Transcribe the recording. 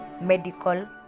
medical